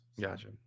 gotcha